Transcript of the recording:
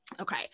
Okay